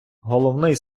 головний